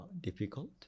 difficult